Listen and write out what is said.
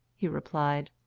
he replied.